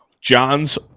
John's